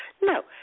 No